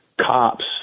cops